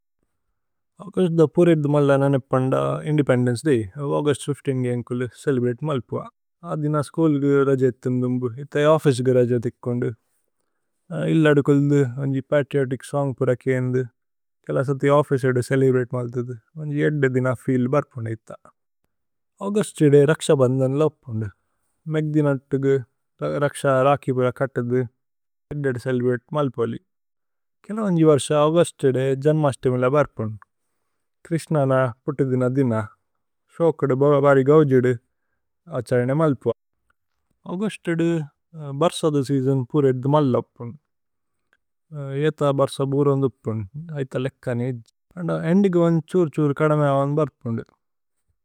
August ൧൫ഥ് was celebrated as independence day. I used to go to school on that day and now I go. To office on that day I used to listen to patriotic. Songs and sometimes I used to go to office to. Celebrate I used to come to the field twice a day. On the day of August Rakshabandhan was celebrated. On the day of May Rakshabandhan was celebrated. On the day of August I used to go to the temple. To celebrate sometimes I used to come to Janmashtami. On the day of August on Krishna's birthday I used. To go to the temple to celebrate. On the day of. August the rainy season was over it rained a lot. I used to come to the end season to take a bath.